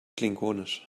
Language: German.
klingonisch